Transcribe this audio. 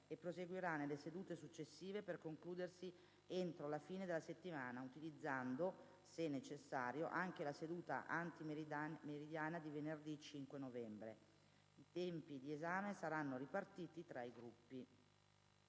e proseguirà nelle sedute successive per concludersi entro la fine della settimana utilizzando, se necessario, anche la seduta antimeridiana di venerdì 5 novembre. I tempi di esame saranno ripartiti tra i Gruppi.